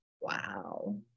Wow